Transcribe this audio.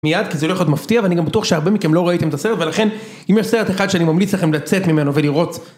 מיד, כי זה לא יכול להיות מפתיע, ואני גם בטוח שהרבה מכם לא ראיתם את הסרט, ולכן אם יש סרט אחד שאני ממליץ לכם לצאת ממנו, ולראות